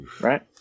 right